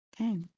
Okay